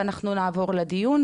אנחנו נעבור לדיון,